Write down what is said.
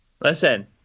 Listen